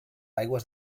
aigües